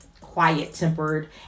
quiet-tempered